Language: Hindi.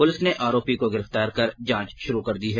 पुलिस ने आरोपी को गिरफ्तार कर जांच शुरू कर दी है